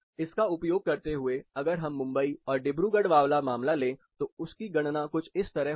इसका उपयोग करते हुए अगर हम मुंबई और डिब्रूगढ़ वाला मामला ले तो उसकी गणना कुछ इस तरह होगी